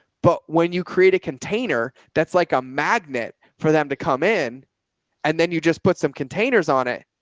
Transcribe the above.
but when you create a container, that's like a magnet for them to come in and then you just put some containers on it.